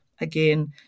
again